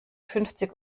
fünfzig